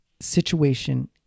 situation